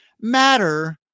matter